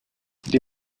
die